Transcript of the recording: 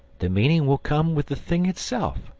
the meaning will come with the thing itself,